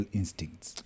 instincts